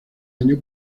año